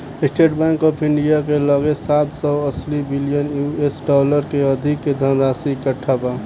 estate Bank of India के लगे सात सौ अस्सी बिलियन यू.एस डॉलर से अधिक के धनराशि इकट्ठा बा